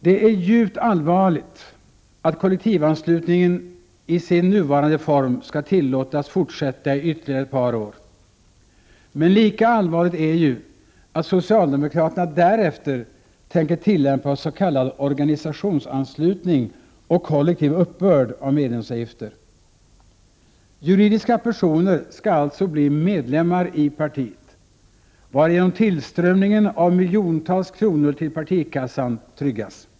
Det är djupt allvarligt att kollektivanslutningen i sin nuvarande form skall tillåtas fortsätta ytterligare ett par år. Men lika allvarligt är det att socialdemokraterna därefter tänker tillämpa s.k. organisationsanslutning och kollektiv uppbörd av medlemsavgifter. Juridiska personer skall alltså bli medlemmar i partiet, varigenom tillströmningen av miljontals kronor till partikassan tryggas.